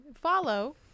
follow